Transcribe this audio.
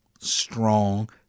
strong